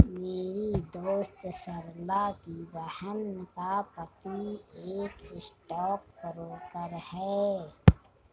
मेरी दोस्त सरला की बहन का पति एक स्टॉक ब्रोकर है